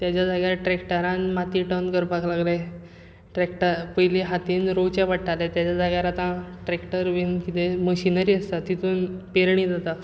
ताच्या जाग्यार ट्रॅक्टरान माती टर्न करपाक लागले ट्रॅक्टर पयलीं हातान रोंवचें पडटालें ताच्या जाग्यार आतां ट्रॅक्टर बीन कितें मशीनरी आसा तातूंत पेरणी जाता